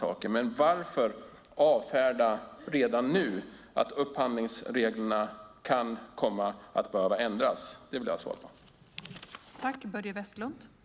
Varför redan nu avfärda att upphandlingsreglerna kan behöva ändras? Det vill jag ha svar på.